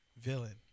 Villain